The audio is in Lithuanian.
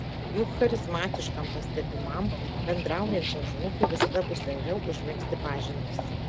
juk charizmatiškam pastebimam bendraujančiam žmogui visada bus lengviau užmegzti pažintis